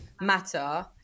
matter